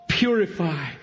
Purify